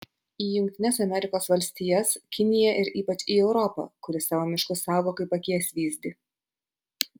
į jungtines amerikos valstijas kiniją ir ypač į europą kuri savo miškus saugo kaip akies vyzdį